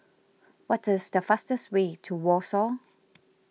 what is the fastest way to Warsaw